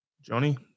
Johnny